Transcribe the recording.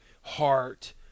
heart